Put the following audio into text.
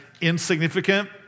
insignificant